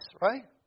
right